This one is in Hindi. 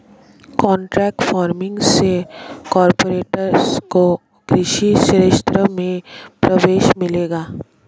कॉन्ट्रैक्ट फार्मिंग से कॉरपोरेट्स को कृषि क्षेत्र में प्रवेश मिलेगा